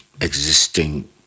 existing